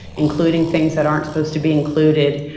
including things that aren't supposed to be included,